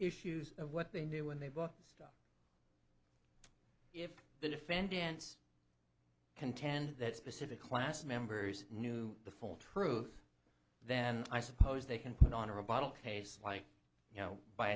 issues of what they knew when they booked the stuff if the defendants contend that specific class members knew the full truth then i suppose they can put on or a bottle case like you know by